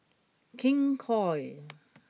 King Koil